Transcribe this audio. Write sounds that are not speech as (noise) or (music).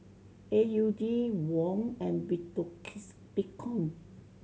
A U D Won and (unintelligible) Bitcoin